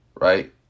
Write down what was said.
right